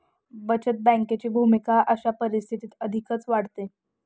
बचत बँकेची भूमिका अशा परिस्थितीत अधिकच वाढते